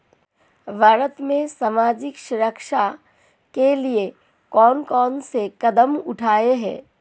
भारत में सामाजिक सुरक्षा के लिए कौन कौन से कदम उठाये हैं?